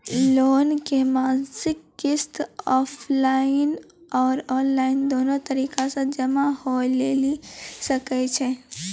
Loan के मासिक किस्त ऑफलाइन और ऑनलाइन दोनो तरीका से जमा होय लेली सकै छै?